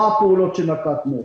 מה הפעולות שנקטנו בהן?